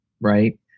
right